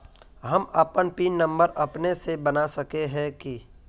हम अपन pin number अपने से बना सके है की?